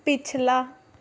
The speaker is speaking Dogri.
पिछला